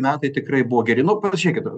metai tikrai buvo geri nu pažiūrėkit